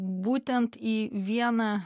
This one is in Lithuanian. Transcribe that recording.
būtent į vieną